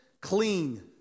clean